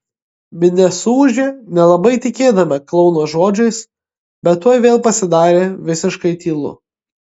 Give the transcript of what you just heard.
minia suūžė nelabai tikėdama klouno žodžiais bet tuoj vėl pasidarė visiškai tylu